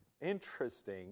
interesting